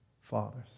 fathers